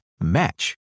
match